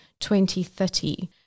2030